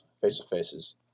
face-to-faces